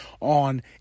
on